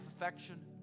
affection